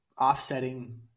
offsetting